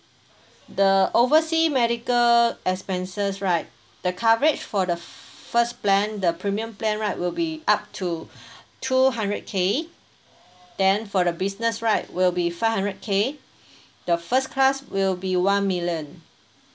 the oversea medical expenses right the coverage for the first plan the premium plan right will be up to two hundred K then for the business right will be five hundred K the first class will be one million